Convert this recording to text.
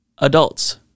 adults